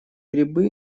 грибы